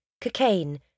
cocaine